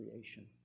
creation